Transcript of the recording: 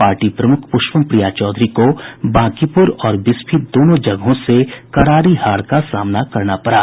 party प्रमुख पुष्पम प्रिया चौधरी को बांकीपुर और बिस्फी दोनों जगहों से हार का सामना करना पड़ा